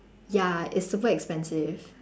ya it's super expensive